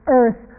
Earth